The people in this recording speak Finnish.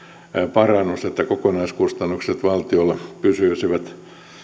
parannus että kokonaiskustannukset valtiolla pysyisivät